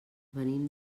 venim